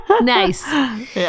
Nice